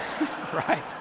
Right